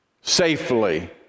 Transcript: safely